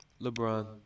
LeBron